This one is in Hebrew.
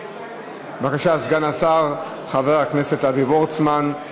בבקשה, סגן השר, חבר הכנסת אבי וורצמן,